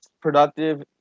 productive